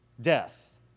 death